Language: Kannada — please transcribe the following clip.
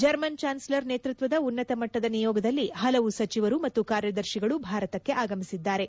ಜರ್ಮನ್ ಚಾನ್ಸಲರ್ ನೇತೃತ್ವದ ಉನ್ನತ ಮಟ್ಲದ ನಿಯೋಗದಲ್ಲಿ ಹಲವು ಸಚಿವರು ಮತ್ತು ಕಾರ್ಯದರ್ತಿಗಳು ಭಾರತಕ್ಕೆ ಆಗಮಿಸಿದ್ದಾರೆ